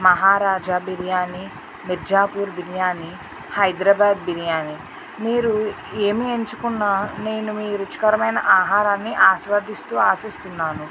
మహారాజ బిర్యానీ మిర్జాపూర్ బిర్యానీ హైదరాబాద్ బిర్యానీ మీరు ఏమి ఎంచుకున్న నేను మీరు రుచికరమై ఆహారాన్నిఆస్వాదిస్తు ఆశిస్తున్నాను